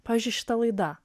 pavyzdžiui šita laida